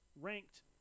ranked